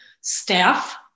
staff